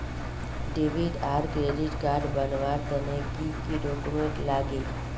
Debit आर credit card बनवार तने की की डॉक्यूमेंट लागे?